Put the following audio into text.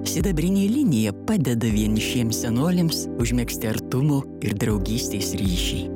sidabrinė linija padeda vienišiems senoliams užmegzti artumo ir draugystės ryšį